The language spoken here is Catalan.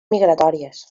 migratòries